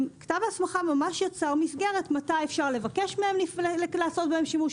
כתב ההסמכה יצר מסגרת מתי אפשר לבקש מהם לעשות בהם שימוש,